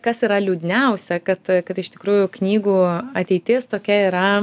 kas yra liūdniausia kad kad iš tikrųjų knygų ateitis tokia yra